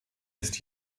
ist